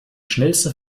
schnellste